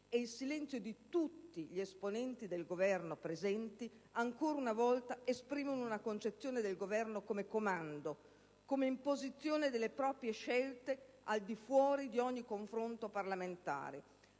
e il silenzio di tutti gli esponenti del Governo presenti, ancora una volta, esprimono una concezione del governo come comando, come imposizione delle proprie scelte al di fuori di ogni confronto parlamentare,